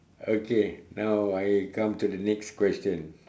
okay now I come to the next question